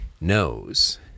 knows